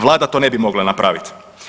Vlada to ne bi mogla napraviti.